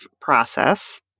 process